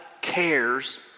cares